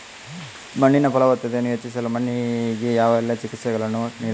ಮಣ್ಣಿನ ಫಲವತ್ತತೆಯನ್ನು ಹೆಚ್ಚಿಸಲು ಮಣ್ಣಿಗೆ ಯಾವೆಲ್ಲಾ ಚಿಕಿತ್ಸೆಗಳನ್ನು ನೀಡಬಹುದು?